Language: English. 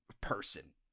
person